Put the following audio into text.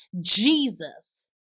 Jesus